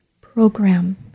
program